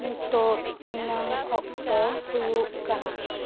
ᱱᱤᱛᱚᱜ ᱛᱤᱱᱟᱹᱜ ᱚᱠᱛᱚ ᱦᱩᱭᱩᱜ ᱠᱟᱱᱟ